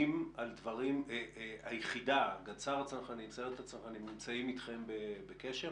היחידה, סיירת הצנחנים, נמצאת אתכם בקשר?